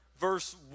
verse